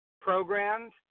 Programs